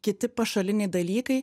kiti pašaliniai dalykai